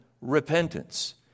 repentance